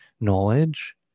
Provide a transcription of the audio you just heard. knowledge